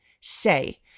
say